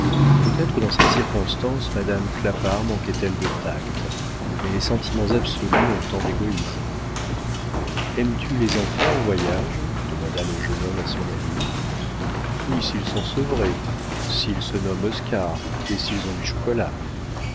peut-être dans cette circonstance madame clapart manquait elle de tact mais les sentiments absolus ont tant d'égoïsme aimes-tu les enfants en voyage demanda le jeune homme à son ami oui s'ils sont sevrés s'ils se nomment oscar et s'ils ont du chocolat